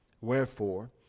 wherefore